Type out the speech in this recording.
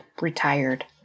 retired